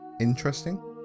interesting